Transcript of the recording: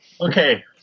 Okay